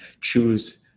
choose